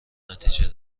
نتیجه